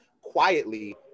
quietly